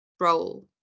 role